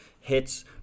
hits